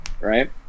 Right